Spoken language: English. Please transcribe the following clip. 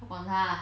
不管他